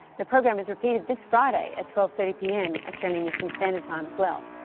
the program is repeated this friday at twelve thirty pm australian eastern standard time as well.